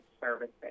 services